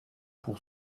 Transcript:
pour